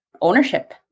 ownership